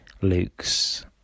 Luke's